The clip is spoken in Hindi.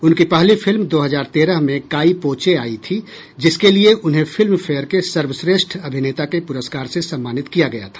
उनकी पहली फिल्म दो हजार तेरह में काई पो चे आई थी जिसके लिए उन्हें फिल्म फेयर के सर्वश्रेष्ठ अभिनेता के पुरस्कार से सम्मानित किया गया था